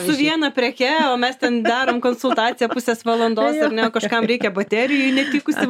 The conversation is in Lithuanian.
su viena preke o mes ten darom konsultaciją pusės valandos ar ne o kažkam reikia baterijų netikusių